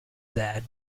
dad